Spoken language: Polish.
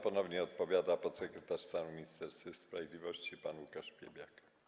Ponownie odpowiada podsekretarz stanu w Ministerstwie Sprawiedliwości pan Łukasz Piebiak.